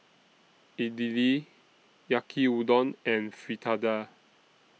Idili Yaki Udon and Fritada